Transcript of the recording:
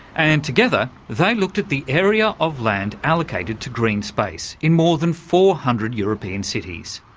and together they looked at the area of land allocated to green space in more than four hundred european cities.